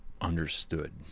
understood